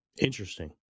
Interesting